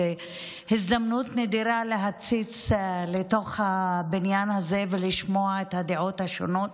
זו הזדמנות נדירה להציץ לתוך הבניין הזה ולשמוע את הדעות השונות